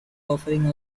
offering